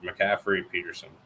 McCaffrey-Peterson